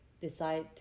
decide